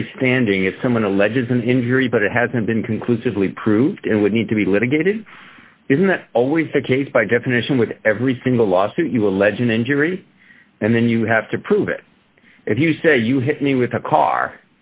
three standing if someone alleges an injury but it hasn't been conclusively proved it would need to be litigated isn't that always the case by definition with every single lawsuit you allege an injury and then you have to prove it if you say you hit me with a car